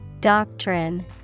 Doctrine